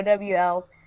OWLs